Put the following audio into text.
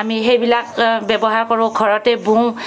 আমি সেইবিলাক ব্যৱহাৰ কৰো ঘৰতে বওঁ